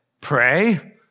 Pray